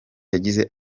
yagize